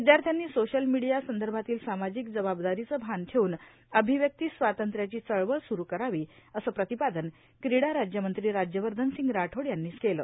विदयाथ्र्यांनी social media संदर्भातील सामाजिक जबाबदारीचे भान ठेवून अभिव्यक्ती स्वातंन्न्याची चळवळ सुरू करावी असं प्रतिपादन क्रीडा राज्यमंत्री राज्यवर्धनसिंग राठोड यांनी केलं